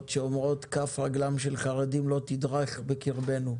שאומרים: כף רגלם של חרדים לא תדרוך בקרבנו.